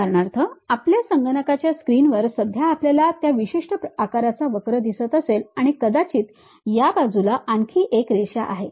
उदाहरणार्थ आपल्या संगणकाच्या स्क्रीनवर सध्या आपल्याला त्या विशिष्ट आकाराचा वक्र दिसत असेल आणि कदाचित या बाजूला आणखी एक रेषा आहे